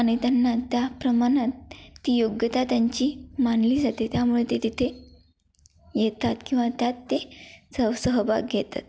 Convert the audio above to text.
आणि त्यांना त्या प्रमाणात ती योग्यता त्यांची मानली जाते त्यामुळे ते तिथे येतात किंवा त्यात ते सह सहभाग घेतात